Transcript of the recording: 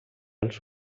els